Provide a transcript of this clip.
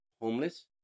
homeless